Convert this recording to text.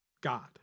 God